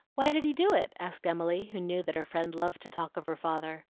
why did he do it? asked emily, who knew that her friend loved to talk of her father.